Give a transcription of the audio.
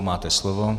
Máte slovo.